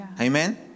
Amen